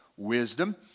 wisdom